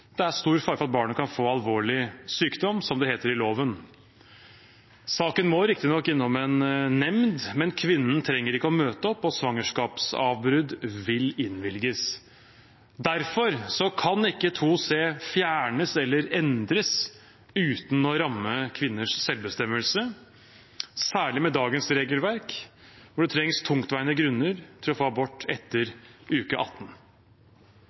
det er stor fare for at barnet kan få alvorlig sykdom, som det heter i loven. Saken må riktignok innom en nemnd, men kvinnen trenger ikke å møte opp, og svangerskapsavbrudd vil innvilges. Derfor kan ikke § 2 c fjernes eller endres uten å ramme kvinners selvbestemmelse, særlig med dagens regelverk, hvor det trengs tungtveiende grunner for å få abort etter uke 18.